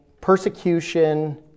persecution